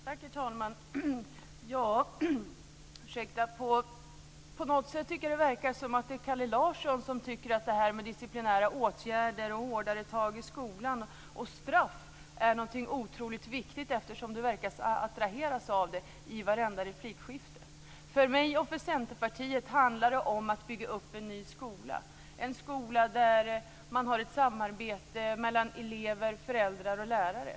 Herr talman! På något sätt tycker jag att det verkar som att Kalle Larsson tycker att disciplinära åtgärder, hårdare tag i skolan och straff är något otroligt viktigt. Han verkar ju attraheras av det i varenda replikskifte. För mig och Centerpartiet handlar det om att bygga upp en ny skola, en skola där det finns ett samarbete mellan elever, föräldrar och lärare.